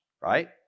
right